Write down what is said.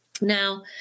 now